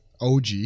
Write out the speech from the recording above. OG